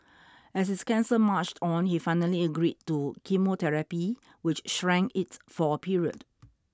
as his cancer marched on he finally agreed to chemotherapy which shrank it for a period